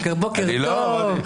בוקר טוב.